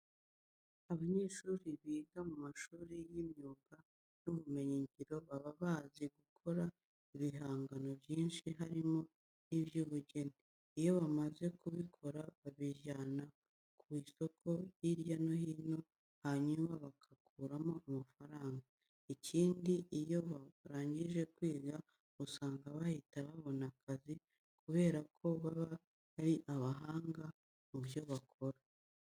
Abanyeshuri biga mu mashuri y'imyuga n'ubumenyingiro baba bazi gukora ibihangano byinshi harimo n'iby'ubugeni. Iyo bamaze kubikora babijyana ku masoko hirya no hino hanyuma bagakuramo amafaranga. Ikindi, iyo barangije kwiga usanga bahita babona akazi kubera ko baba ari abahanga mu byo bakora.